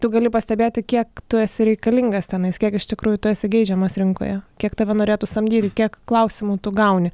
tu gali pastebėti kiek tu esi reikalingas tenais kiek iš tikrųjų tu esi geidžiamas rinkoje kiek tave norėtų samdyti kiek klausimų tu gauni